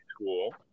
school